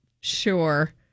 sure